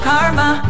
Karma